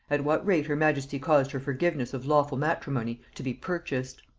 at what rate her majesty caused her forgiveness of lawful matrimony to be purchased.